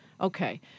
Okay